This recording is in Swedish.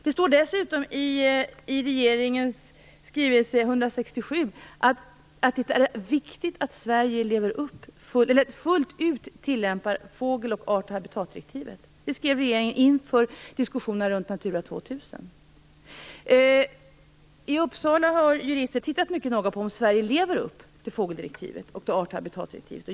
Det står dessutom i regeringens skrivelse 167 att det är viktigt att Sverige fullt ut tillämpar fågeldirektivet och art och habitatdirektivet. Det skrev regeringen inför diskussionerna runt Natura 2000. I Uppsala har jurister tittat mycket noga på om Sverige lever upp till fågeldirektivet och till art och habitatdirektivet.